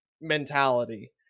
mentality